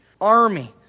army